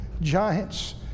Giants